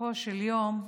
בסופו של יום,